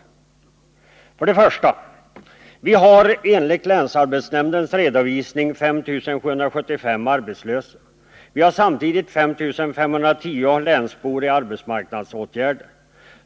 1. Vi har enligt länsarbetsnämndens redovisning 5 775 arbetslösa. Vi har samtidigt 5 510 länsbor i arbetsmarknadsåtgärder,